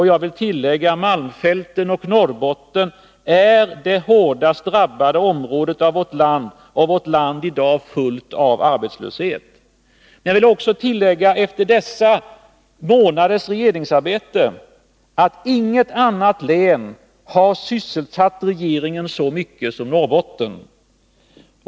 Jag vill tillägga att malmfälten och Norrbotten är det hårdast drabbade området i vårt land — och vårt land är i dag fullt av arbetslöshet. Jag vill också tillägga, efter dessa månaders regeringsarbete, att inget annat län har sysselsatt regeringen så mycket som Norrbotten.